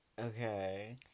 Okay